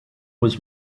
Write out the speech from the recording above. was